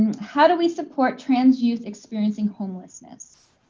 how do we support trans youth experiencing homelessness?